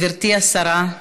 גברתי השרה,